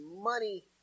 money